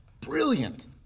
brilliant